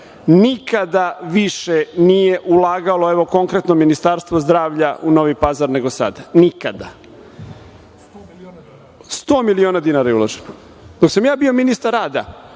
više nije ulagalo, evo, konkretno Ministarstvo zdravlja u Novi Pazar nego sad, nikada. Sto miliona dinara je uloženo. Dok sam ja bio ministar rada,